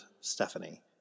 Stephanie